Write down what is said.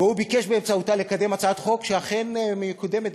והוא ביקש באמצעותה לקדם הצעת חוק שאכן מקודמת,